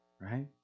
Right